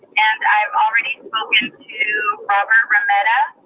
and i've already spoken to robert remeda,